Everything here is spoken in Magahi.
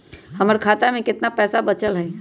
हमर खाता में केतना पैसा बचल हई?